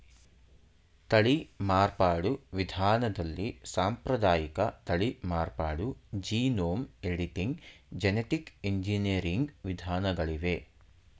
ತಳಿ ಮಾರ್ಪಾಡು ವಿಧಾನದಲ್ಲಿ ಸಾಂಪ್ರದಾಯಿಕ ತಳಿ ಮಾರ್ಪಾಡು, ಜೀನೋಮ್ ಎಡಿಟಿಂಗ್, ಜೆನಿಟಿಕ್ ಎಂಜಿನಿಯರಿಂಗ್ ವಿಧಾನಗಳಿವೆ